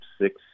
six